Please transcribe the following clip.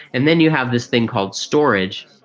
and then you have this thing called storage,